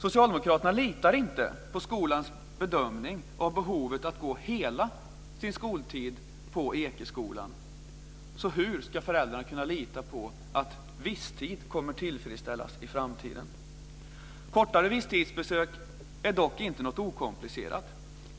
Socialdemokraterna litar inte på skolans bedömning av behovet att gå hela sin skoltid på Ekeskolan, så hur ska föräldrarna kunna lita på att "visstid" kommer att tillgodoses i framtiden? Kortare visstidsbesök är dock inte något okomplicerat.